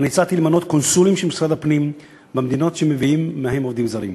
הצעתי למנות קונסולים של משרד הפנים במדינות שמביאים מהן עובדים זרים.